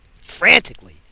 Frantically